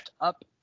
up